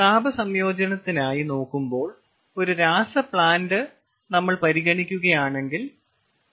താപ സംയോജനത്തിനായി നോക്കുമ്പോൾ ഒരു രാസ പ്ലാന്റ് നമ്മൾ പരിഗണിക്കുകയാണെങ്കിൽ